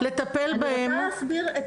לטפל בהם --- אני רוצה להסביר את